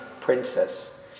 princess